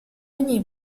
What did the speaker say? ogni